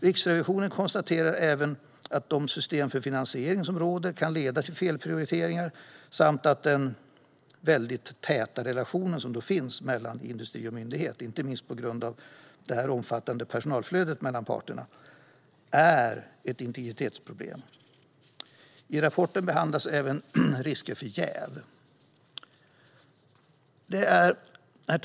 Riksrevisionen konstaterar även att de system för finansiering som råder kan leda till felprioriteringar samt att den täta relation som finns mellan industri och myndighet, inte minst på grund av det omfattande personalflödet mellan parterna, är ett integritetsproblem. I rapporten behandlas även risker för jäv. Herr talman!